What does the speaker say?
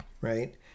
Right